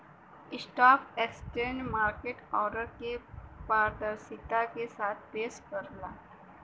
stock exchange market order के पारदर्शिता के साथ पेश करला